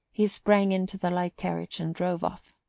he sprang into the light carriage and drove off.